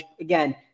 again